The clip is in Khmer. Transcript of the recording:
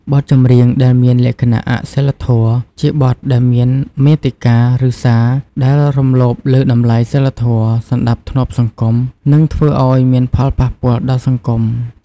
បទចម្រៀងដែលមានលក្ខណៈអសីលធម៌ ជាបទដែលមានមាតិកា ឬសារ ដែលរំលោភលើតម្លៃសីលធម៌ សណ្តាប់ធ្នាប់សង្គម និងធ្វើឲ្យមានផលប៉ះពាល់ដល់សង្គម។